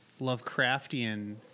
Lovecraftian